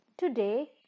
Today